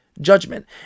judgment